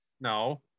No